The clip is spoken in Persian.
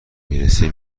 میرسه